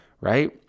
right